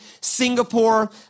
Singapore